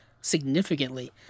significantly